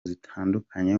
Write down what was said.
zitandukanye